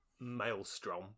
maelstrom